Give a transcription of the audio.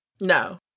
No